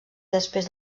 després